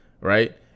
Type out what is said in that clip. right